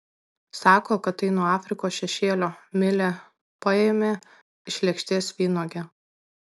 sako kad tai nuo afrikos šešėlio milė paėmė iš lėkštės vynuogę